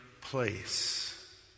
place